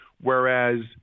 whereas